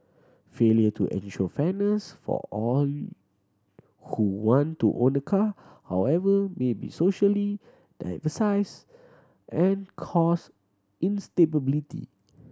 failure to ensure fairness for all who want to own a car however may be socially and cause instability